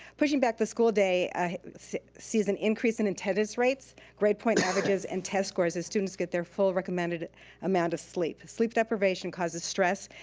pushing back the school day sees an increase in attendance rates, grade point averages, and test scores as students get their full recommended amount of sleep. sleep deprivation causes stress,